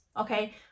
okay